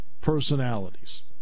personalities